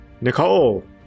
Nicole